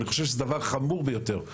ואני חושב שזה דבר חמור ביותר.